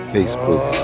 Facebook